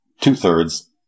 two-thirds